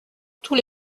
tous